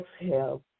exhale